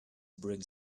bring